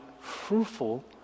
fruitful